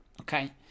Okay